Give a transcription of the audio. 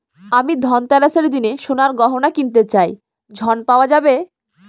আমি ধনতেরাসের দিন সোনার গয়না কিনতে চাই ঝণ পাওয়া যাবে?